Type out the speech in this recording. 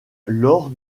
lors